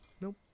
Nope